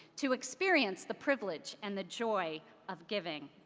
to experience the privilege and the joy of giving.